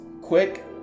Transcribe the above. quick